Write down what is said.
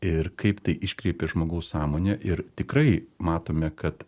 ir kaip tai iškreipia žmogaus sąmonę ir tikrai matome kad